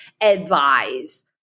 advise